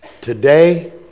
Today